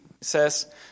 says